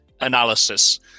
analysis